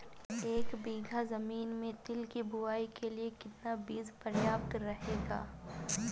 एक बीघा ज़मीन में तिल की बुआई के लिए कितना बीज प्रयाप्त रहेगा?